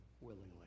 willingly